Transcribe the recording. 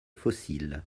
fossiles